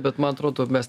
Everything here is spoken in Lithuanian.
bet man atrodo mes